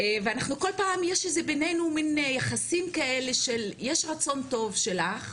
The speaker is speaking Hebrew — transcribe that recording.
ואנחנו כל פעם יש בינינו מין יחסים כאלה של יש רצון טוב שלך,